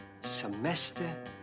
semester